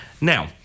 Now